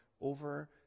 over